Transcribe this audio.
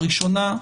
הראשונה.